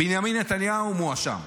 בנימין נתניהו מואשם.